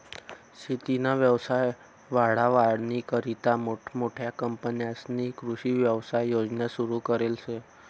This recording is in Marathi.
शेतीना व्यवसाय वाढावानीकरता मोठमोठ्या कंपन्यांस्नी कृषी व्यवसाय योजना सुरु करेल शे